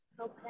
Okay